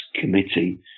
committee